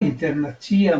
internacia